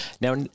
Now